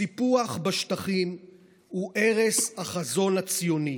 סיפוח בשטחים הוא הרס החזון הציוני,